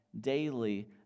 daily